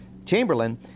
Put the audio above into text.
Chamberlain